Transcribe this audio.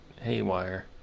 haywire